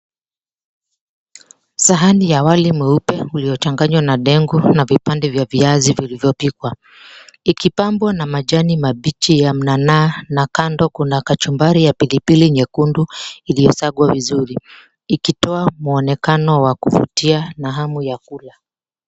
Sahani ya wali mweupe uliochanganywa na dengu na vipande vya viazi vilivyopikwa, ikipambwa na majani mabichi ya mnanaa na kando kuna kachumbari ya pilipili 𝑛𝑦𝑒𝑘𝑢𝑛𝑑𝑢 iliyosagwa vizuri, ikitoa muonekano wa kuvutia na hamu ya kula.